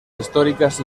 históricas